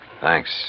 Thanks